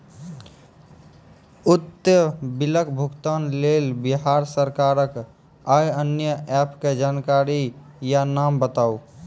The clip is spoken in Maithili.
उक्त बिलक भुगतानक लेल बिहार सरकारक आअन्य एप के जानकारी या नाम बताऊ?